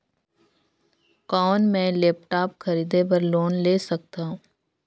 कौन मैं लेपटॉप खरीदे बर लोन ले सकथव?